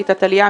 קליטת עלייה,